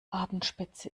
abendspitze